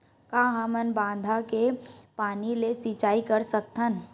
का हमन बांधा के पानी ले सिंचाई कर सकथन?